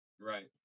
Right